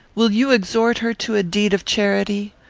will you exhort her to a deed of charity?